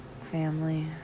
family